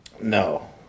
No